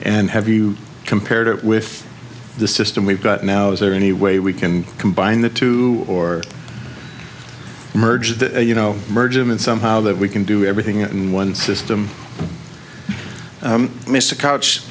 and have you compared it with the system we've got now is there any way we can combine the two or merge that you know merge them in somehow that we can do everything in one system mr couch